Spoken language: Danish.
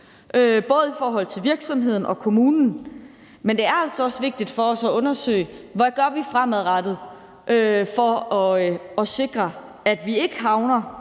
både i forhold til virksomheden og kommunen, men det er altså også vigtigt for os at undersøge, hvad vi gør fremadrettet, for at sikre, at vi ikke havner